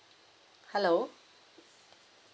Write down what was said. hello